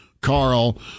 Carl